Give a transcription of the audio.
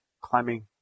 climbing